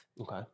Okay